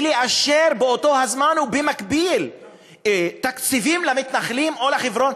באישור באותו הזמן ובמקביל תקציבים למתנחלים או לחברון?